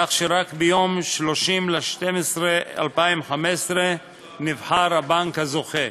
כך שרק ביום 30 בדצמבר 2015 נבחר הבנק הזוכה.